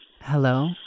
Hello